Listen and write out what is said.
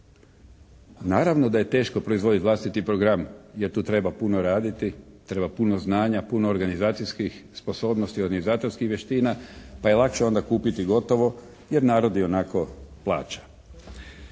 Naravno da je teško proizvoditi vlastiti program jer tu treba puno raditi, treba puno znanja, puno organizacijskih sposobnosti, organizatorskih vještina, pa je lakše onda kupiti gotovo jer narod ionako plaća.